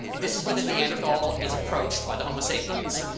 this is where the neanderthal is approached by the homosapiens,